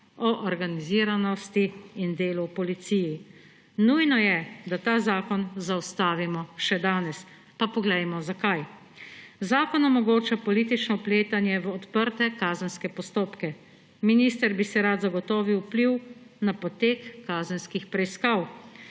o organiziranosti in delu v policiji. Nujno je, da ta zakon zaustavimo še danes. Pa poglejmo, zakaj. Zakon omogoča politično vpletanje v odprte kazenske postopke. Minister bi si rad zagotovil vpliv na potek kazenskih preiskav.